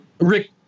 rick